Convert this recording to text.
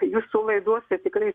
jūsų laidose tikrai